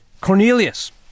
Cornelius